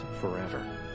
forever